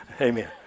Amen